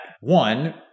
one